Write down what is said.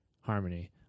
Harmony